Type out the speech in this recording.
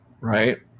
Right